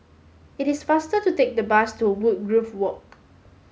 it is faster to take the bus to Woodgrove Walk